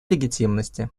легитимности